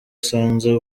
asanze